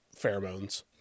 pheromones